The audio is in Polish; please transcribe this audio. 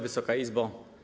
Wysoka Izbo!